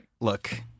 look